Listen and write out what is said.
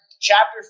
Chapter